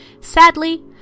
Sadly